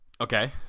Okay